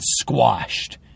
squashed